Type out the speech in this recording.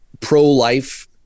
pro-life